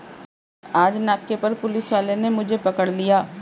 आज नाके पर पुलिस वाले ने मुझे पकड़ लिया